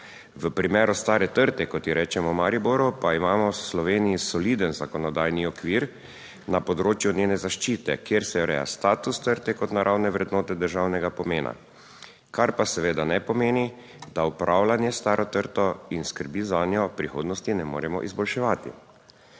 V primeru Stare trte, kot ji rečemo v Mariboru, pa imamo v Sloveniji soliden zakonodajni okvir na področju njene zaščite, kjer se ureja status trte kot naravne vrednote državnega pomena, kar pa seveda ne pomeni, da upravljanje s staro trto in skrbi zanjo v prihodnosti ne moremo izboljševati.